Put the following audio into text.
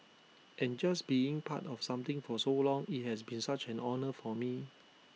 and just being part of something for so long IT has been such an honour for me